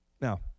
Now